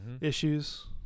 Issues